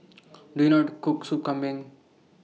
Do YOU know How to Cook Sop Kambing